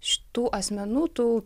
šitų asmenų tų